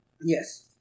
Yes